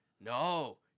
No